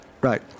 Right